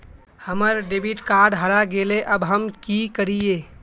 हमर debit card हरा गेले अब हम की करिये?